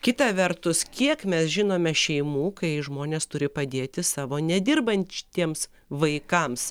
kita vertus kiek mes žinome šeimų kai žmonės turi padėti savo nedirbantiems vaikams